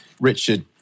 Richard